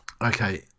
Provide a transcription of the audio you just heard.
Okay